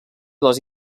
les